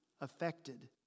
affected